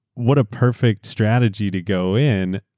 what a perfect strategy to go in,